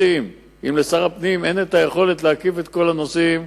אם לשר הפנים אין יכולת להקיף את כל הנושאים,